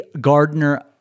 gardner